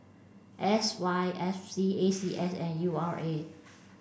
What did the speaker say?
S Y F C A C S and U R A